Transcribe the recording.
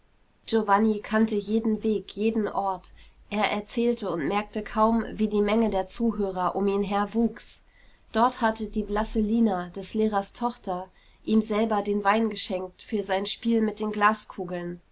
giovanni kannte jeden weg jeden ort er erzählte und merkte kaum wie die menge der zuhörer um ihn her wuchs dort hatte die blasse lina des lehrers tochter ihm selber den wein geschenkt für sein spiel mit den glaskugeln